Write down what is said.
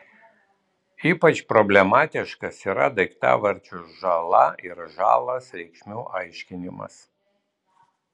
ypač problemiškas yra daiktavardžių žala ir žalas reikšmių aiškinimas